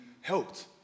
helped